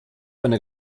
einer